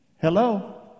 Hello